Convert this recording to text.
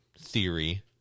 theory